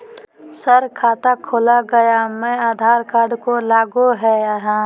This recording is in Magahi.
सर खाता खोला गया मैं आधार कार्ड को लागू है हां?